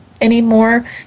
anymore